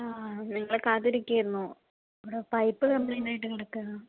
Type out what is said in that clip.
ആ നിങ്ങളെ കാത്തിരിക്കുകയായിരുന്നു ഇവിടെ പൈപ്പ് കംപ്ലൈന്റായിട്ട് കിടക്കുകയാണ്